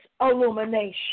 illumination